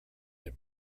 him